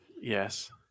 Yes